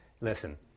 listen